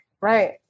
Right